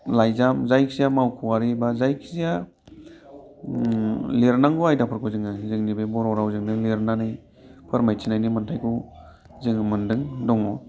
लाइजाम जायखिजाया मावख'आरि बा जायखिजाया लिरनांगौ आयदाफोरखौ जोङो जोंनि बे बर' रावजोंनो लिरनानै फोरमायथिनायनि मोन्थायखौ जोङो मोन्दों दङ